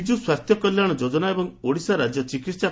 ବିଜୁ ସ୍ୱାସ୍ଥ୍ୟ କଲ୍ୟାଶ ଯୋକନା ଏବଂ ଓଡିଶା ରାକ୍ୟ ଚିକିସ୍